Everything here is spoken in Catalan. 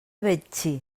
betxí